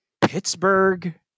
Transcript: Pittsburgh